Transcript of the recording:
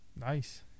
Nice